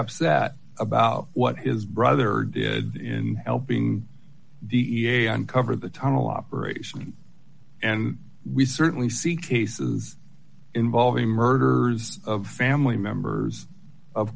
upset about what his brother in helping d e c a uncover the tunnel operation and we certainly see cases involving murders of family members of